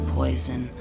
poison